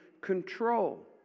control